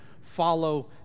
follow